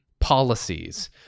Policies